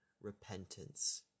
repentance